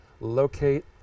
locate